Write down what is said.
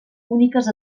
úniques